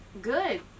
Good